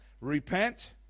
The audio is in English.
Repent